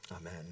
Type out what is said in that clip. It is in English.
amen